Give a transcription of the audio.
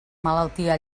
malaltia